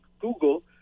Google